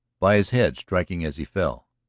by his head striking as he fell?